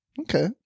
okay